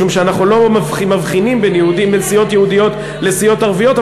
משום שאנחנו לא מבחינים בין סיעות יהודיות לסיעות ערביות.